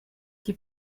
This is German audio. die